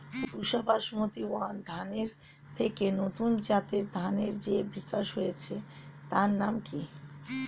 পুসা basmati one ধানের থেকে নতুন জাতের ধানের যে বিকাশ হয়েছে তার নাম কি?